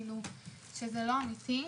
שזה לא אמיתי.